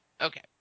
okay